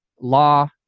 law